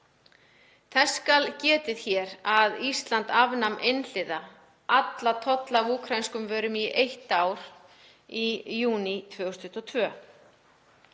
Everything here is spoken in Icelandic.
Þess skal getið hér að Ísland afnam einhliða alla tolla af úkraínskum vörum í eitt ár í júní 2022.